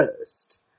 first